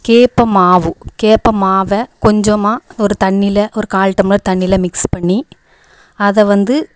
கேப்பை மாவு கேப்பை மாவை கொஞ்சமாக ஒரு தண்ணியில ஒரு கால் டம்ளர் தண்ணியில மிக்ஸ் பண்ணி அதை வந்து